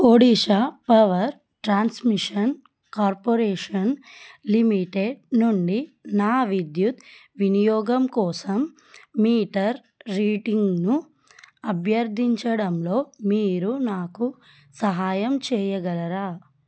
Odisha power transmission corporation limited నుండి నా విద్యుత్ వినియోగం కోసం మీటర్ రీడింగ్ను అభ్యర్థించడంలో మీరు నాకు సహాయం చేయగలరా